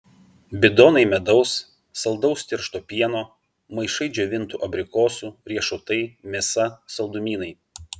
bidonai medaus saldaus tiršto pieno maišai džiovintų abrikosų riešutai mėsa saldumynai